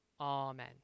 Amen